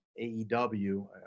AEW